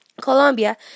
Colombia